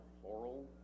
Floral